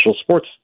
sports